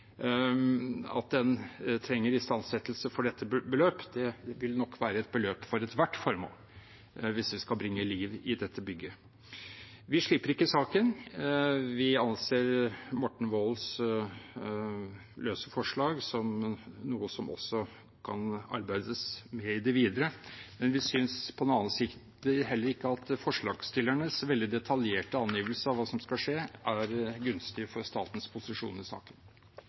at den trenger istandsettelse for dette beløp, det vil nok være et beløp for ethvert formål hvis vi skal bringe liv i dette bygget. Vi slipper ikke saken. Vi anser Morten Wolds løse forslag som noe som også kan arbeides med i det videre, men vi synes på den annen side heller ikke at forslagsstillernes veldig detaljerte angivelse av hva som skal skje, er gunstig for statens posisjon i saken.